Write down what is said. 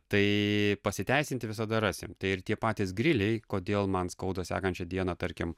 tai pasiteisinti visada rasim tai ir tie patys griliai kodėl man skauda sekančią dieną tarkim